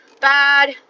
bad